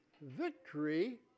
victory